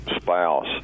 spouse